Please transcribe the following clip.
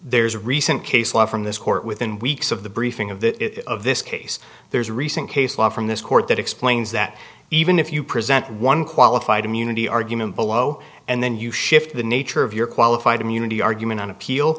there's a recent case law from this court within weeks of the briefing of the of this case there's a recent case law from this court that explains that even if you present one qualified immunity argument below and then you shift the nature of your qualified immunity argument on appeal